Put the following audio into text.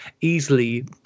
easily